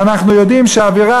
ואנחנו יודעים שהאווירה,